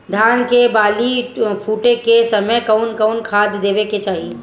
धान के बाली फुटे के समय कउन कउन खाद देवे के चाही?